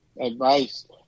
advice